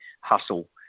hustle